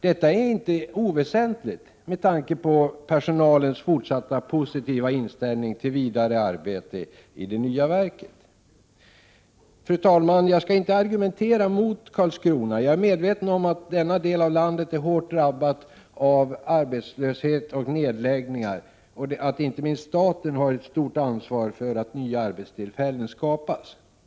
Detta är inte oväsentligt med tanke på en fortsatt positiv inställning från personalen till vidare arbete vid det nya verket. Fru talman! Jag skall inte argumentera mot Karlskrona. Jag är medveten om att denna del av landet är hårt drabbad av nedläggningar och att inte minst staten har ett stort ansvar för att nya arbetstillfällen skapas.